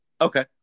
Okay